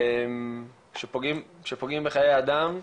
שפוגעים בחיי אדם,